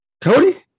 Cody